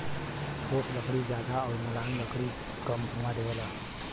ठोस लकड़ी जादा आउर मुलायम लकड़ी कम धुंआ देवला